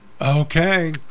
okay